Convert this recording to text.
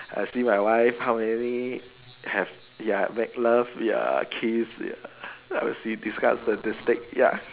I see my wife how many have ya make love ya kiss ya I would see these kind of statistic ya